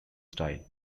style